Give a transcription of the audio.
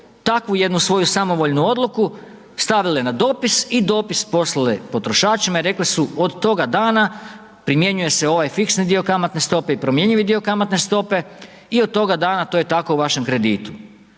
takvu jednu svoju samovoljnu odluku, stavile na dopis i dopis poslale potrošačima i rekle su od toga dana primjenjuje se ovaj fiksni dio kamatne stope i promjenjivi dio kamatne stope i od toga dana to je tako u vašem kreditu.